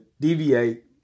deviate